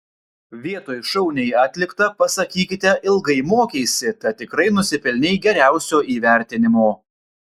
vietoj šauniai atlikta pasakykite ilgai mokeisi tad tikrai nusipelnei geriausio įvertinimo